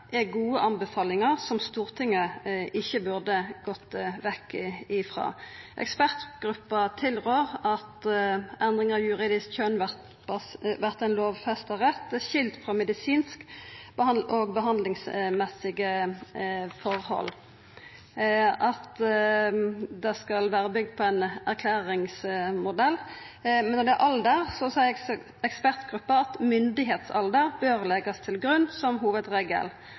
er gode anbefalingar som Stortinget ikkje burde gått vekk frå. Ekspertgruppa tilrår at endring av juridisk kjønn vert ein lovfesta rett, skild frå medisinske og behandlingsmessige forhold. Det skal vera bygd på ein erklæringsmodell, men når det gjeld alder, seier ekspertgruppa at myndigalder bør leggjast til grunn som hovudregel,